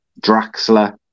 Draxler